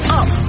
up